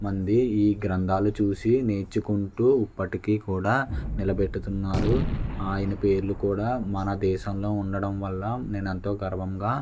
మంది ఈ గ్రంథాలు చూసి నేర్చుకుంటూ ఇప్పటికీ కూడా నిలబెడుతున్నారు ఆయన పేర్లు కూడా మన దేశంలో ఉండడం వల్ల నేను ఎంతో గర్వంగా